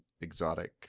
exotic